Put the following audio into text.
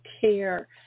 care